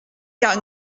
car